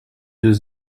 deux